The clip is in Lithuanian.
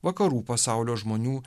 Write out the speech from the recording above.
vakarų pasaulio žmonių